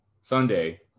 Sunday